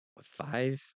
five